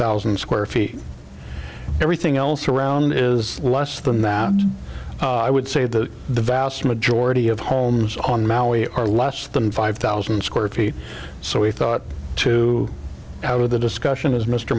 thousand square feet everything else around is less than that i would say that the vast majority of homes on maui are less than five thousand square feet so we thought two out of the discussion as mr